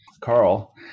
Carl